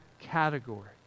category